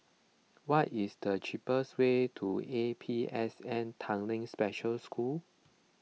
what is the cheapest way to A P S N Tanglin Special School